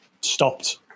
stopped